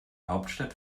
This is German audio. hauptstadt